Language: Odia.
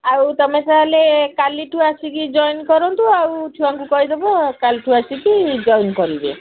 ଆଉ ତୁମେ ତା'ହେଲେ କାଲିଠୁ ଆସିକି ଜଏନ୍ କରନ୍ତୁ ଆଉ ଛୁଆଙ୍କୁ କହିଦବ କାଲିଠୁ ଆସିକି ଜଏନ୍ କରିବେ